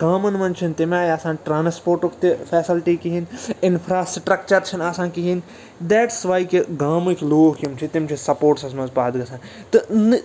گامَن منٛز چھِنہٕ تَمہِ آیہِ آسان ٹرانَسپوٹُک تہِ فٮ۪سَلٹی کِہیٖنۍ اِنفِراسٹرکچر چھُنہٕ آسان کِہیٖنۍ ڈیٹٕس واے کہِ گامٕکۍ لوٗکھ یِم چھِ تِم چھِ سَپوٹسَس منٛز پَتھ گژھان تہٕ